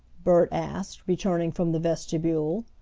bert asked, returning from the vestibule.